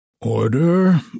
Order